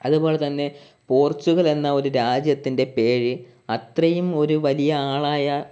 അതുപോലെതന്നെ പോർചുഗൽ എന്നൊരു രാജ്യത്തിൻ്റെ പേര് അത്രയും ഒരു വലിയ ആളായ